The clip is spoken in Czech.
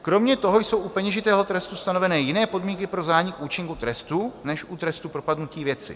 Kromě toho jsou u peněžitého trestu stanoveny jiné podmínky pro zánik účinků trestu než u trestu propadnutí věci.